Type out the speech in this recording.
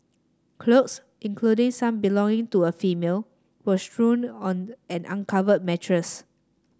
clothes including some belonging to a female were strewn on an uncovered mattress